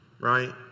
right